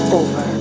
over